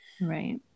right